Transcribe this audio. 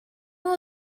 will